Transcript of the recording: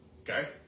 Okay